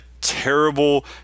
terrible